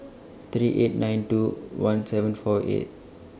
three eight nine two one seven four eight